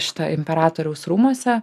šita imperatoriaus rūmuose